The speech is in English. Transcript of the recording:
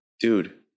dude